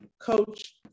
coach